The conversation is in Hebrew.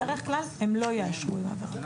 בדרך כלל הם לא אישרו עם עבירה פלילית.